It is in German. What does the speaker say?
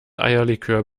eierlikör